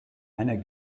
einer